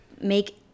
make